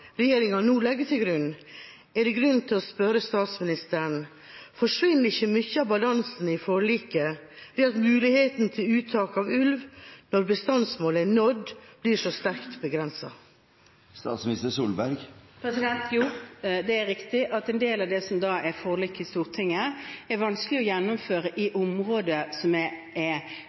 regjeringa nå legger til grunn, er det grunn til å spørre statsministeren: Forsvinner ikke mye av balansen i forliket ved at muligheten til uttak av ulv når bestandsmålet er nådd, blir så sterkt begrenset? Jo, det er riktig at en del av det som er forliket i Stortinget, er vanskelig å gjennomføre i områder som er ulvesone. Det er